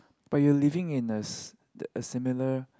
but you are living in us the a similar